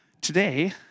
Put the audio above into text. Today